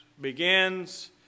begins